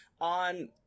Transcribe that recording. on